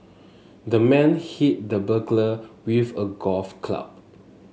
the man hit the burglar with a golf club